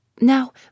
Now